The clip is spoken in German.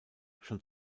schon